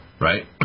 right